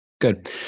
Good